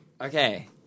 Okay